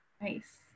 Nice